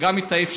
גם את האפשרות